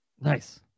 Nice